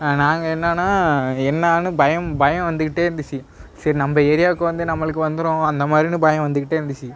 நாங்கள் என்னென்னா என்னானு பயம் பயம் வந்துகிட்டே இருந்துச்சு சரி நம்ம ஏரியாவுக்கு வந்து நம்மளுக்கு வந்துடும் அந்த மாதிரின்னு பயம் வந்துகிட்டே இருந்துச்சு